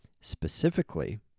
specifically